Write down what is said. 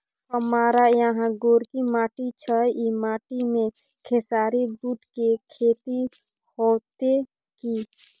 हमारा यहाँ गोरकी माटी छै ई माटी में खेसारी, बूट के खेती हौते की?